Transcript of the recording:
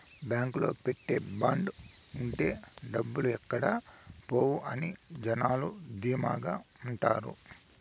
బాంకులో పెట్టే బాండ్ ఉంటే డబ్బులు ఎక్కడ పోవు అని జనాలు ధీమాగా ఉంటారు